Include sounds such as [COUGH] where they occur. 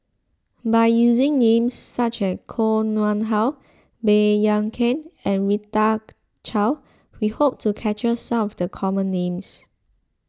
by using names such as Koh Nguang How Baey Yam Keng and Rita [UNINTELLIGIBLE] Chao we hope to capture some the common names